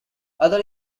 other